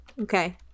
okay